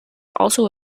also